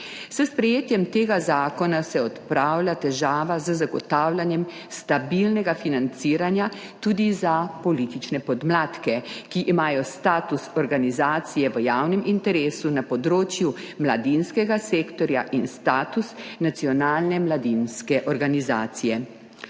S sprejetjem tega zakona se odpravlja težava z zagotavljanjem stabilnega financiranja tudi za politične podmladke, ki imajo status organizacije v javnem interesu na področju mladinskega sektorja in status nacionalne mladinske organizacije.